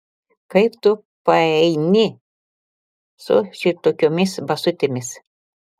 kaip tu paeini su šitokiomis basutėmis